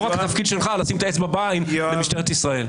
לא רק התפקיד שלך לשים את האצבע בעין למשטרת ישראל.